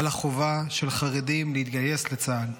על החובה של חרדים להתגייס לצה"ל.